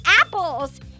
apples